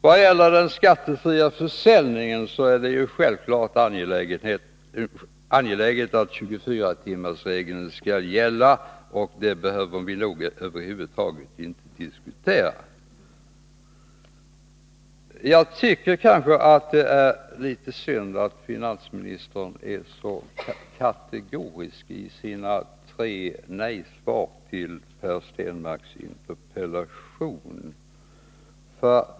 Vad gäller den skattefria försäljningen är det ju självklart angeläget att 24-timmarsregeln skall gälla. Det behöver vi nog över huvud taget inte diskutera. Jag tycker att det är litet synd att finansministern är så kategorisk i sina tre nejsvar på Per Stenmarcks interpellation.